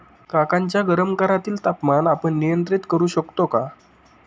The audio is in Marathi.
काकांच्या गरम घरातील तापमान आपण नियंत्रित करु शकतो का?